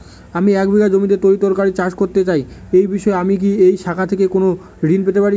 আমি এক বিঘা জমিতে তরিতরকারি চাষ করতে চাই এই বিষয়ে আমি কি এই শাখা থেকে কোন ঋণ পেতে পারি?